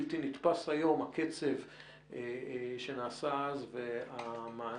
בלתי נתפס היום הקצב שנעשה אז והמענה.